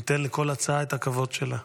ניתן לכל הצעה את הכבוד שלה.